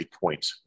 point